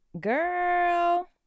Girl